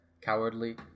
cowardly